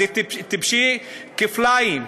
אז זה טיפשי כפליים,